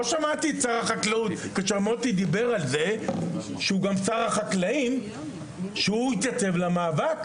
לא שמעתי את שר החקלאות שאמר שהוא שר החקלאים אומר שהוא יתייצב למאבק.